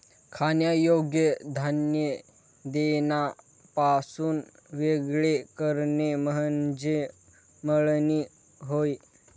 खाण्यायोग्य धान्य देठापासून वेगळे करणे म्हणजे मळणी होय